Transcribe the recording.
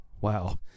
Wow